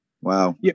Wow